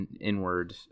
inward